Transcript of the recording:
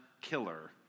killer